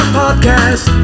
podcast